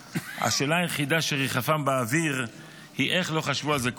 השאלה היחידה שריחפה באוויר היא איך לא חשבו על זה קודם.